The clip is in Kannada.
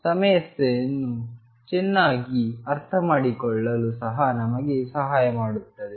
ಸಮಸ್ಯೆಯನ್ನು ಚೆನ್ನಾಗಿ ಅರ್ಥಮಾಡಿಕೊಳ್ಳಲು ಸಹ ನಮಗೆ ಸಹಾಯ ಮಾಡುತ್ತದೆ